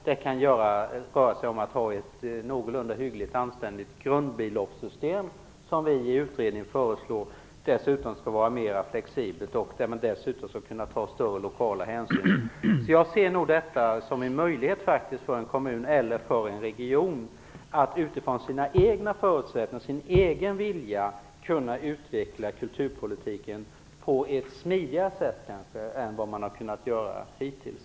Det kan röra sig om att ha ett någorlunda anständigt grundbeloppssystem. Vi föreslår i utredningen att ett sådant skall vara flexibelt och inrymma möjlighet till större lokala hänsyn. Jag ser faktiskt detta som en möjlighet för en kommun eller en region att utifrån sina egna förutsättningar och sin egen vilja utveckla kulturpolitiken på ett kanske smidigare sätt än vad man hittills kunnat göra.